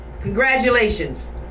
congratulations